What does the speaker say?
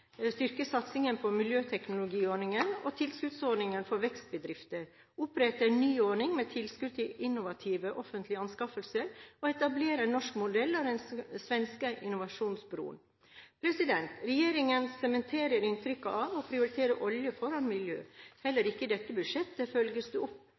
satsingen på miljøteknologiordningen og tilskuddsordningen for vekstbedrifter, opprette en ny ordning med tilskudd til innovative offentlige anskaffelser og etablere en norsk modell av den svenske Innovationsbron. Regjeringen sementerer inntrykket av å prioritere olje foran miljø. Heller ikke i dette budsjettet følger den opp